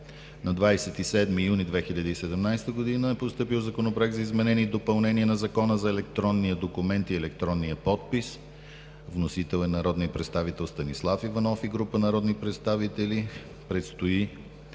На 27 юни 2017 г. е постъпил Законопроект за изменение и допълнение на Закона за електронния документ и електронния подпис. Вносители са народният представител Станислав Иванов и група народни представители. Предстои